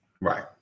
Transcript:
Right